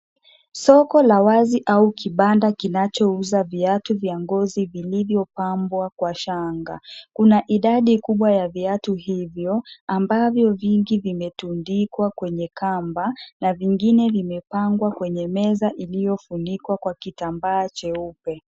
Soko la azi au kibanda kinachouza viatu vya ngozi vilivyo pambwa kwa shanga. Kuna idadi kubwa ya viatu hivyo, ambavyo vingi vimetundikwa kwenye kamba, na vingine vimepangwa kwenye meza iliyo fanyikwa kwa kitambaa cheupe.